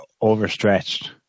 overstretched